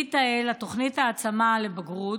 תוכנית ההעצמה לבגרות,